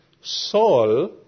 Saul